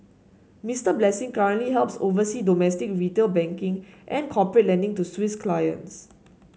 Mister Blessing currently helps oversee domestic retail banking and corporate lending to Swiss clients